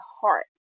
heart